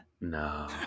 No